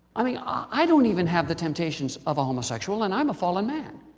i mean i don't even have the temptations of a homosexual and i'm a fallen man.